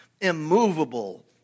immovable